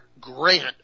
grant